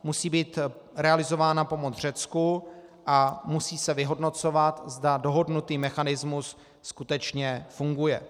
Musí být realizována pomoc Řecku a musí se vyhodnocovat, zda dohodnutý mechanismus skutečně funguje.